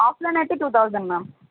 offline అయితే two thousand ma'am